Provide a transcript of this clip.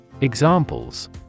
Examples